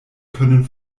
können